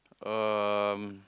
um